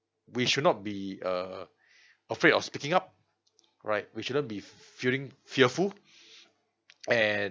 we should not be uh afraid of speaking up right we shouldn't be f~ feeling fearful and